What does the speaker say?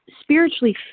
spiritually